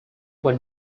when